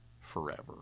forever